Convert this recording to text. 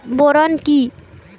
Boron কি?